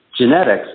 genetics